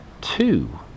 two